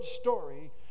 story